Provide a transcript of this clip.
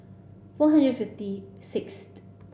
four hundred fifty sixth